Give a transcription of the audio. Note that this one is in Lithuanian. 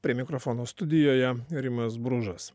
prie mikrofono studijoje rimas bružas